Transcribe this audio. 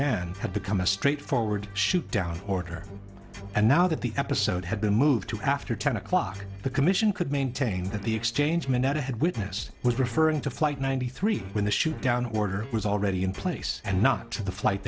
man had become a straightforward shoot down order and now that the episode had been moved to after ten o'clock the commission could maintain that the exchange moneta had witnessed was referring to flight ninety three when the shoot down order was already in place and not the flight